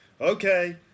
okay